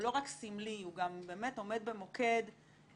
הוא לא רק סמלי אלא עומד במוקד דמוקרטיות